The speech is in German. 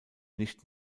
nicht